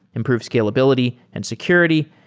improve scalability and security,